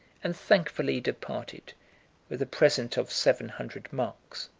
and thankfully departed with a present of seven hundred marks.